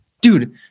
Dude